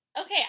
Okay